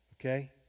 Okay